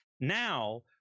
Now